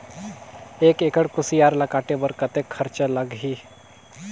एक एकड़ कुसियार ल काटे बर कतेक खरचा लगही?